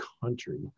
country